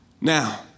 Now